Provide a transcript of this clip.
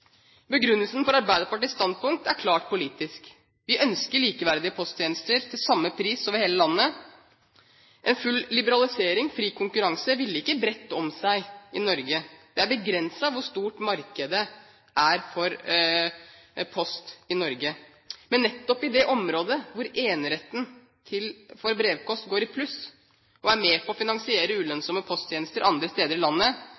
Begrunnelsen for Arbeiderpartiets standpunkt er klart politisk. Vi ønsker likeverdige posttjenester til samme pris over hele landet. En full liberalisering og fri konkurranse ville ikke bredt om seg i Norge. Det er begrenset hvor stort markedet er for post i Norge. Men nettopp i det området hvor eneretten for brevpost går i pluss og er med på å finansiere ulønnsomme posttjenester andre steder i landet,